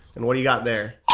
and what do you got there?